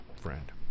friend